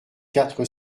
quatre